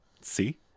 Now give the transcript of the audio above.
See